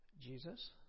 Jesus